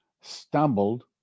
stumbled